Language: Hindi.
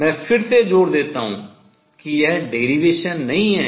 मैं फिर से जोर देता हूँ कि यह derivation व्युत्पत्ति नहीं है